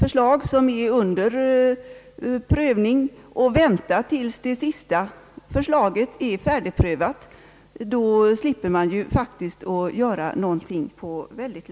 Man kan givetvis vän ta till dess att samtliga förslag är färdigprövade; då slipper man ju göra något åt saken på lång tid.